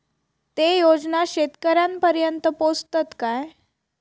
ते योजना शेतकऱ्यानपर्यंत पोचतत काय?